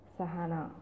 Sahana